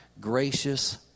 gracious